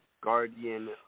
guardian